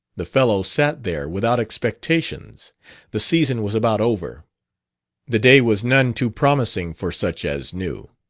the fellow sat there without expectations the season was about over the day was none too promising for such as knew.